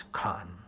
Khan